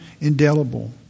indelible